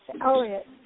Elliott